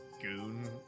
Goon